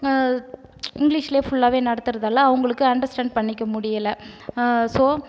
ஹான் இங்கிலீஷில் ஃபுல்லாக நடத்துறதுனால அவங்களுக்கு அண்டர்ஸ்டாண்ட் பண்ணிக்க முடியல ஹான் ஸோ